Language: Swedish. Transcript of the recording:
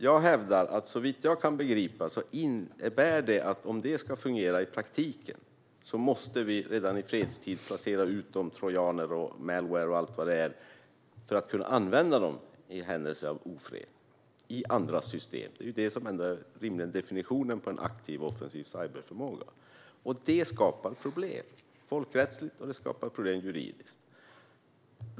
Jag hävdar, såvitt jag kan begripa, att om det ska fungera i praktiken måste vi redan i fredstid placera ut trojaner, malware och så vidare i andra system för att kunna använda dem i händelse av ofred. Det är rimligen definitionen på en aktiv och offensiv cyberförmåga. Det skapar problem folkrättsligt och juridiskt.